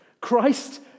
Christ